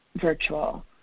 virtual